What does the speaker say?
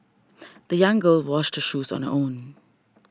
the young girl washed shoes on her own